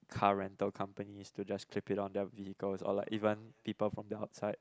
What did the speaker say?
car rental companies to just clip it on their vehicles or like even people from the outside